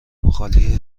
مخالی